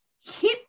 hip